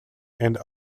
and